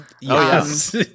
Yes